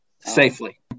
Safely